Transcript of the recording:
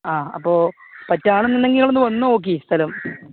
ആ അപ്പോൾ പറ്റുമെന്നുണ്ടെങ്കിൽ ഒന്ന് വന്ന് നോക്കു സ്ഥലം